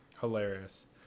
Hilarious